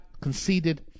conceded